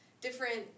different